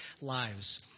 lives